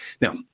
Now